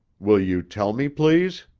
will you tell me, please?